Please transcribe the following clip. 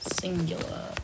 singular